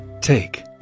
Take